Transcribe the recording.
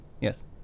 Yes